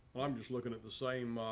i'm just looking at the same